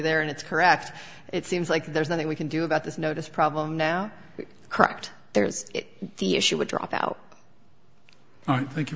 there and it's correct it seems like there's nothing we can do about this notice problem now correct there's the issue would drop out